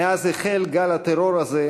מאז החל גל הטרור הזה,